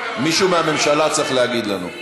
מישהו מהממשלה צריך להגיד לנו.